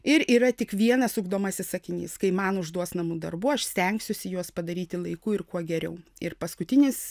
ir yra tik vienas ugdomasis sakinys kai man užduos namų darbų aš stengsiuosi juos padaryti laiku ir kuo geriau ir paskutinis